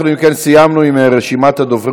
אנחנו, אם כן, סיימנו עם רשימת הדוברים.